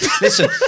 Listen